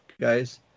guys